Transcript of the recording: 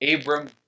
Abram